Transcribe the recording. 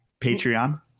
Patreon